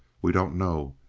we don't know.